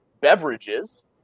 beverages